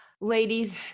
ladies